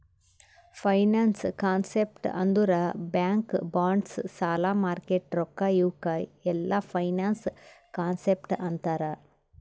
finance concept ಅಂದುರ್ bank bonds ಸಾಲ market ರೊಕ್ಕಾ ಇವುಕ್ ಎಲ್ಲಾ ಫೈನಾನ್ಸ್ ಕಾನ್ಸೆಪ್ಟ್ ಅಂತಾರ್